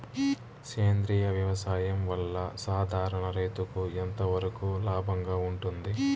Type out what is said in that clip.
సేంద్రియ వ్యవసాయం వల్ల, సాధారణ రైతుకు ఎంతవరకు లాభంగా ఉంటుంది?